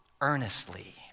earnestly